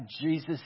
Jesus